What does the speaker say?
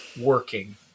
working